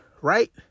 right